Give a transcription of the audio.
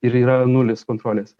ir yra nulis kontrolės